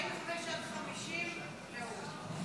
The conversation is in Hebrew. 45 50, להוריד.